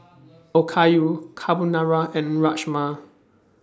Okayu Carbonara and Rajma